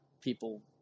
people